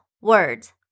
words